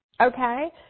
okay